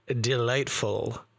delightful